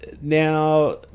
Now